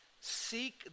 seek